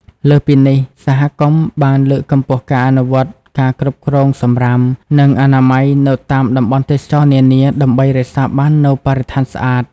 លើសពីនេះ សហគមន៍បានលើកកម្ពស់ការអនុវត្តការគ្រប់គ្រងសំរាម និងអនាម័យនៅតាមតំបន់ទេសចរណ៍នានា ដើម្បីរក្សាបាននូវបរិស្ថានស្អាត។